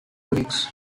weeks